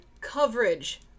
coverage